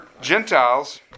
Gentiles